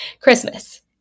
Christmas